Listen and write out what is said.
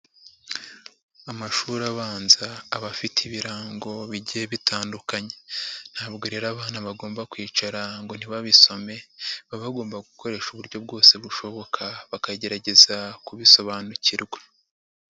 Amashuri abanza abafite ibirango bijye bitandukanye, ntabwo rero abana bagomba kwicara ngo ntibabisome baba bagomba gukoresha uburyo bwose bushoboka bakagerageza kubisobanukirwa.